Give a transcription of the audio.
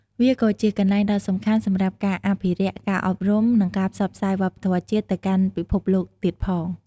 វាក៏ជាកន្លែងដ៏សំខាន់សម្រាប់ការអភិរក្ស ការអប់រំ និងការផ្សព្វផ្សាយវប្បធម៌ជាតិទៅកាន់ពិភពលោកទៀតផង។